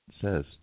says